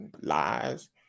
lies